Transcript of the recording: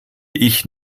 ich